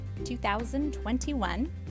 2021